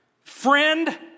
Friend